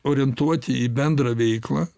orientuoti į bendrą veiklą